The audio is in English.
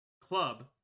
club